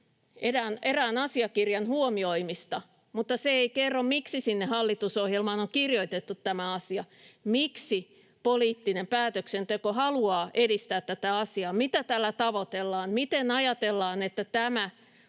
erään asiakirjan huomioimista, mutta se ei kerro, miksi sinne hallitusohjelmaan on kirjoitettu tämä asia, miksi poliittinen päätöksenteko haluaa edistää tätä asiaa, mitä tällä tavoitellaan, miten ajatellaan,